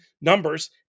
numbers